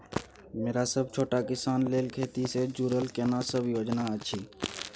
मरा सब छोट किसान लेल खेती से जुरल केना सब योजना अछि?